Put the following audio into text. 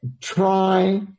try